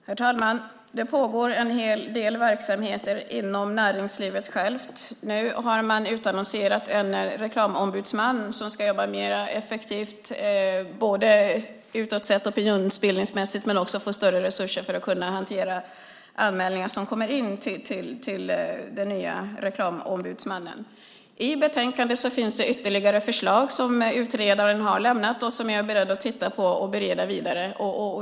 Herr talman! Det pågår en hel del verksamheter inom näringslivet självt. Nu har man utannonserat en reklamombudsman som ska jobba mer effektivt utåt sett opinionsbildningsmässigt och också få större resurser för att kunna hantera anmälningar som kommer in till den nya reklamombudsmannen. I betänkandet finns det ytterligare förslag som utredaren har lämnat och som jag är beredd att titta på och bereda vidare.